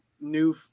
new